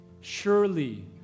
Surely